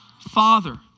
father